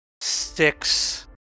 six